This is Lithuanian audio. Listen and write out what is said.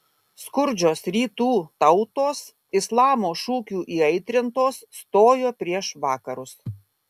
skurdžios rytų tautos islamo šūkių įaitrintos stojo prieš vakarus